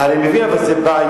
אני מבין, אבל זו בעיה.